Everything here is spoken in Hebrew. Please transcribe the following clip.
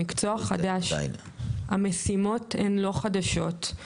המקצוע חדש, המשימות הן לא חדשות.